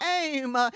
aim